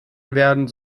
werden